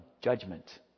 judgment